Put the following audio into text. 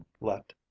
Let